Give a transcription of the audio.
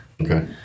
Okay